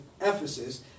Ephesus